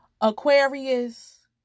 Aquarius